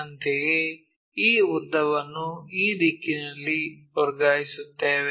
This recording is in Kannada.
ಅಂತೆಯೇ ಈ ಉದ್ದವನ್ನು ಈ ದಿಕ್ಕಿನಲ್ಲಿ ವರ್ಗಾಯಿಸುತ್ತೇವೆ